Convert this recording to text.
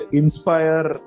inspire